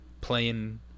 Playing